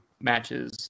matches